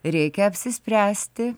reikia apsispręsti